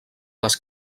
les